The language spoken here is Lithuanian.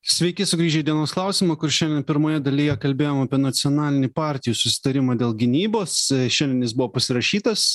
sveiki sugrįžę į dienos klausimą kur šiandien pirmoje dalyje kalbėjom apie nacionalinį partijų susitarimą dėl gynybos šiandien jis buvo pasirašytas